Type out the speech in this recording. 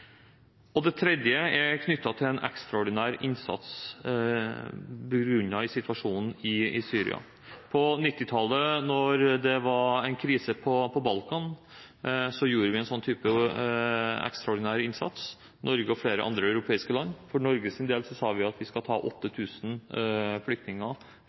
igjen. Det tredje er knyttet til en ekstraordinær innsats begrunnet i situasjonen i Syria. På 1990-tallet, da det var en krise på Balkan, gjorde vi en sånn type ekstraordinær innsats, Norge og flere andre europeiske land. For Norges del sa vi at vi skulle ta 8 000 flyktninger